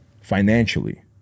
financially